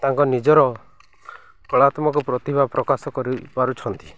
ତାଙ୍କ ନିଜର କଳାତ୍ମକ ପ୍ରତିଭା ପ୍ରକାଶ କରିପାରୁଛନ୍ତି